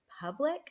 public